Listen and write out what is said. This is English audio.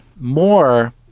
More